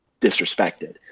disrespected